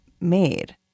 made